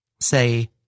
say